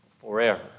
forever